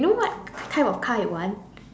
you know what type of car I want